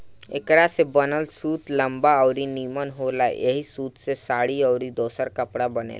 एकरा से बनल सूत लंबा अउरी निमन होला ऐही सूत से साड़ी अउरी दोसर कपड़ा बनेला